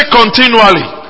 continually